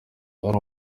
ari